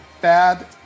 bad